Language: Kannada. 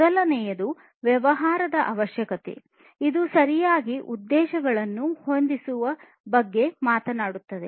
ಮೊದಲನೆಯದು ವ್ಯವಹಾರದ ಅವಶ್ಯಕತೆಗಳು ಇದು ಸರಿಯಾದ ಉದ್ದೇಶಗಳನ್ನು ಹೊಂದಿಸುವ ಬಗ್ಗೆ ಮಾತನಾಡುತ್ತದೆ